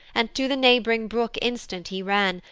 and to the neighb'ring brook instant he ran,